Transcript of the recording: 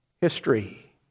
history